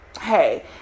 Hey